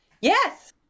Yes